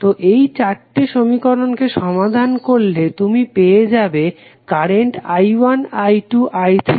তো এই চারটে সমীকরণকে সমাধান করলে তুমি পেয়ে যাবে কারেন্ট i1 i2 i3 ও i4